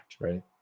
right